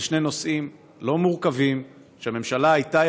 אלה שני נושאים לא מורכבים שהממשלה הייתה